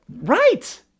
right